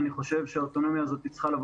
אני חושב שהאוטונומיה הזאת צריכה לבוא